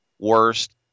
Worst